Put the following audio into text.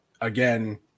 again